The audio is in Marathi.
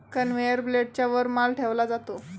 कन्व्हेयर बेल्टच्या वर माल ठेवला जातो